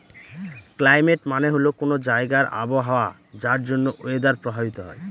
climate মানে হল কোনো জায়গার আবহাওয়া যার জন্য ওয়েদার প্রভাবিত হয়